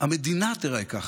המדינה תיראה ככה,